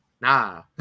nah